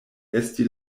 esti